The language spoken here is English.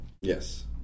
Yes